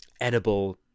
edible